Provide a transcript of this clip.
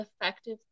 effective